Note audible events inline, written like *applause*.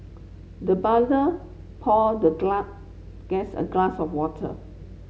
the butler poured the *unintelligible* guest a glass of water